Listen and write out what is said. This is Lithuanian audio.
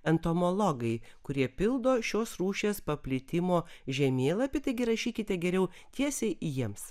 entomologai kurie pildo šios rūšies paplitimo žemėlapį taigi rašykite geriau tiesiai jiems